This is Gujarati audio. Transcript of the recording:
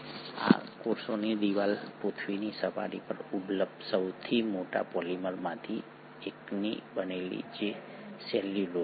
અને આ કોષની દિવાલ પૃથ્વીની સપાટી પર ઉપલબ્ધ સૌથી મોટા પોલિમરમાંથી એકની બનેલી છે જે સેલ્યુલોઝ છે